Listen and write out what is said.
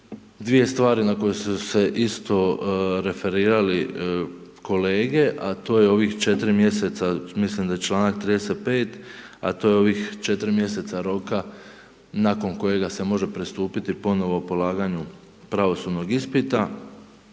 dvije stvari na koje su se isto referirali kolege, a to je ovih 4 mjeseca, mislim da je čl. 35., a to je ovih 4 mjeseca roka nakon kojega se može pristupiti ponovno polaganju pravosudnog ispita.